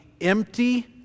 empty